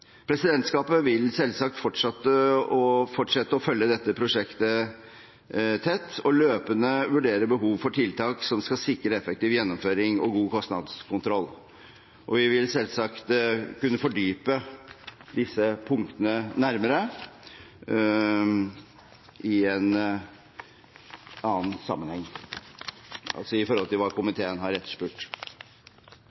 Presidentskapet vil selvsagt fortsette å følge dette prosjektet tett og løpende vurdere behov for tiltak som skal sikre effektiv gjennomføring og god kostnadskontroll, og vi vil selvsagt kunne fordype oss nærmere i disse punktene i en annen sammenheng – med hensyn til hva komiteen har